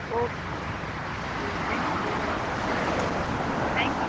okay okay thank you भ thank you